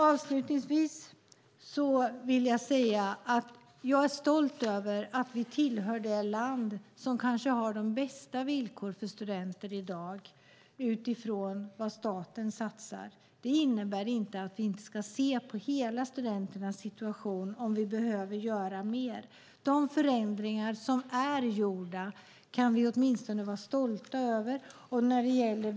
Avslutningsvis vill jag säga att jag är stolt över att Sverige är det land som kanske har de bästa villkoren för studenter när det gäller vad staten satsar. Det innebär inte att vi inte ska se på studenternas hela situation när vi tittar på om vi behöver göra mer. De förändringar som är gjorda kan vi vara stolta över.